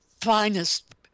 finest